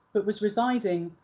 but was residing,